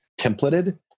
templated